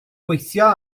gweithio